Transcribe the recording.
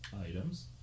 items